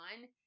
on